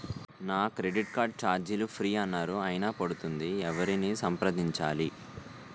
నా credit card ఛార్జీలు free అన్నారు అయినా పడుతుంది ఎవరిని సంప్రదించాలి?